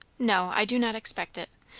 no, i do not expect it.